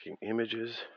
images